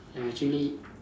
ya actually